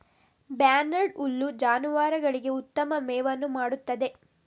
barnyard ಹುಲ್ಲು ಜಾನುವಾರುಗಳಿಗೆ ಉತ್ತಮ ಮೇವನ್ನು ಮಾಡುತ್ತದೆ